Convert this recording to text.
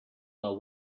are